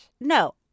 No